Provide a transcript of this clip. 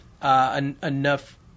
Enough